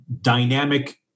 dynamic